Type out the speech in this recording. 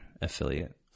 affiliate